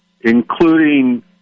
including